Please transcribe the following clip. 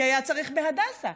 כי היה צריך בהדסה,